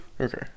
Okay